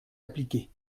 appliquée